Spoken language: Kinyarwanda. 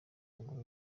ntabwo